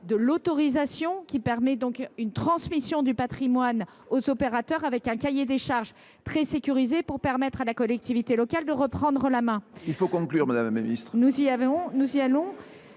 d’exploitation, laquelle permet une transmission du patrimoine aux opérateurs avec un cahier des charges très sécurisé pour permettre à la collectivité locale de reprendre la main. Il faut conclure, madame la ministre. Certains